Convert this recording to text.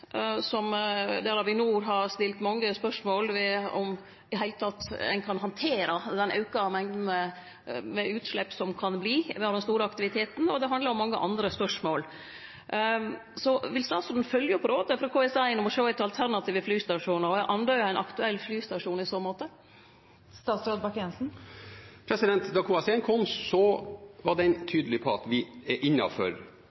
der Avinor har stilt mange spørsmål ved om ein i det heile kan handtere den auka mengda med utslepp som ein kan få med den store aktiviteten, og det handlar om mange andre spørsmål. Vil statsråden følgje opp rådet frå KS1 om å sjå etter alternative flystasjonar, og er Andøya ein aktuell flystasjon i så måte? Da KS1 kom, var den tydelig på at vi er innenfor de beregningene som var